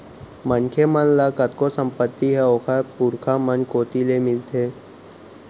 मनखे मन ल कतको संपत्ति ह ओखर पुरखा मन कोती ले मिलथे